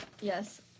Yes